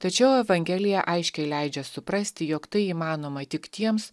tačiau evangelija aiškiai leidžia suprasti jog tai įmanoma tik tiems